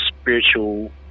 spiritual